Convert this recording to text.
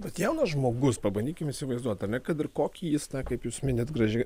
bet jaunas žmogus pabandykim įsivaizduot ar ne kad ir kokį jis tą kaip jūs minit gražiai